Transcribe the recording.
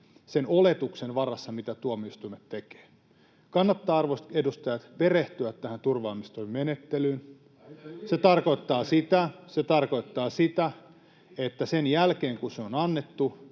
sen oletuksen varassa, mitä tuomioistuimet tekevät. Kannattaa, arvoisat edustajat, perehtyä tähän turvaamistoimimenettelyyn. Se tarkoittaa sitä, että sen jälkeen kun se on annettu,